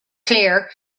clear